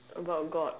about God